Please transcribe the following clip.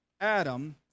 Adam